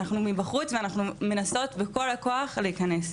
אנחנו מבחוץ ואנחנו מנסות בכל הכוח להיכנס,